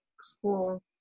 school